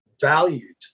valued